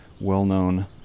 well-known